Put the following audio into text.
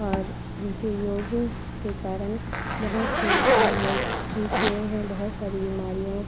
और उनके योग के कारण बहुत से लोग ठीक हुए हैं बहुत सारी बीमारियों